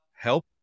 help